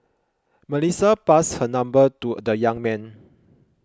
Melissa passed her number to the young man